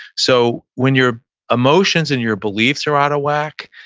so when your emotions and your beliefs are out of whack,